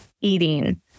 eating